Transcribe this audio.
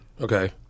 Okay